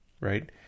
right